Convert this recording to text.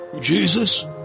Jesus